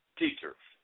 teachers